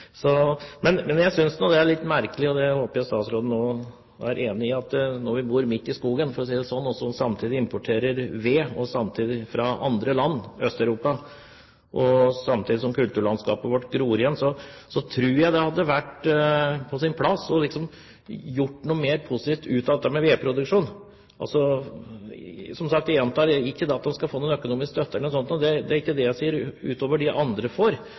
statsråden også er enig i – at når vi bor midt i skogen, for å si det sånn, importerer vi samtidig ved fra andre land, fra Øst-Europa, samtidig som kulturlandskapet vårt gror igjen. Da tror jeg det hadde vært på sin plass å få gjort noe mer positivt ut av dette med vedproduksjon – som sagt – ikke det at man skal få noen økonomisk støtte eller noe sånt utover det andre får, det er ikke det jeg sier,